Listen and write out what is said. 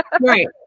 right